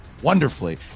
Wonderfully